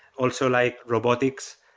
also, like robotics.